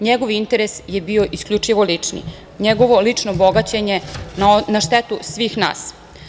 Njegov interes je bio isključivo lični, njegovo lično bogaćenje na štetu svih nas.